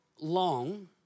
long